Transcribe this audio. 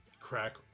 crack